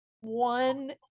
one